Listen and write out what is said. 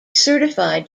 certified